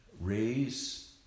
raise